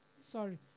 Sorry